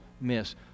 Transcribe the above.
miss